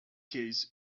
case